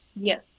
Yes